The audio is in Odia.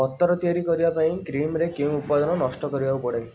ବଟର୍ ତିଆରି କରିବା ପାଇଁ କ୍ରିମ୍ରେ କେଉଁ ଉପାଦାନ ନଷ୍ଟ କରିବାକୁ ପଡ଼େ